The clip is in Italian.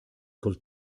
col